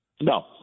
No